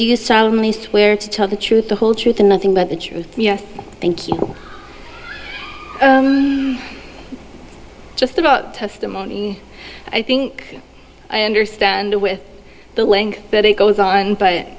do you solemnly swear to tell the truth the whole truth and nothing but the truth yes thank you just about testimony i think i understand with the length that it goes on but